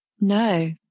No